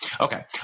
Okay